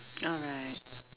alright